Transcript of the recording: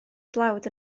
dlawd